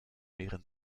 mehren